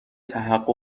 تحقق